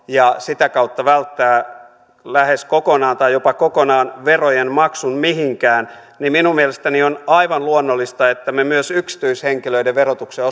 ja sitä kautta välttää lähes kokonaan tai jopa kokonaan verojen maksun mihinkään niin minun mielestäni on aivan luonnollista että me myös yksityishenkilöiden verotuksen